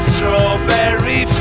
Strawberry